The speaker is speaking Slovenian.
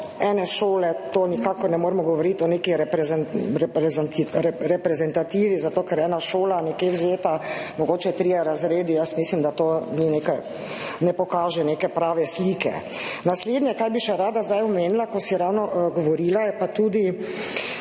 ene šole, nikakor ne moremo govoriti o neki reprezentativi, zato ker ena šola, nekje vzeta, mogoče trije razredi, mislim, da to ne pokaže neke prave slike. Naslednje, kar bi še rada zdaj omenila, ko si ravno govorila, je pa tudi